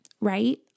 right